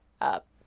up